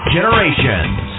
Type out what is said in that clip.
Generations